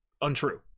untrue